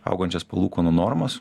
augančios palūkanų normos